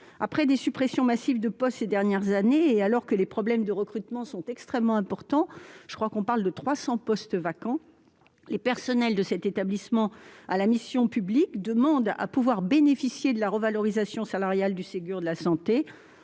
Après des suppressions massives de postes ces dernières années, et alors que les problèmes de recrutement sont extrêmement importants- je crois que l'on parle de 300 postes vacants -, les personnels de cet établissement assurant une mission publique demandent à pouvoir bénéficier de la revalorisation salariale du Ségur de la santé